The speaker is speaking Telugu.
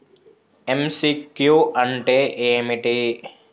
ఎమ్.సి.క్యూ అంటే ఏమిటి?